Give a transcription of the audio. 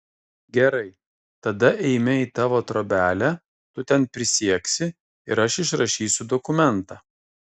gerai tada eime į tavo trobelę tu ten prisieksi ir aš išrašysiu dokumentą